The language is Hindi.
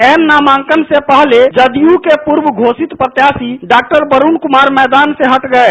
ऐन नामांकन से पहले जदयू के पूर्व घोषित प्रत्याशी डाक्टर वरुण कुमार मैदान से हट गये